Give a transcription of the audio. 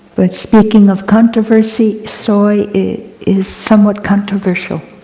but speaking of controversy, soy is somewhat controversial.